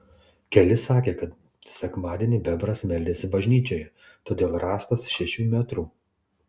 keli sakė kad sekmadienį bebras meldėsi bažnyčioje todėl rąstas šešių metrų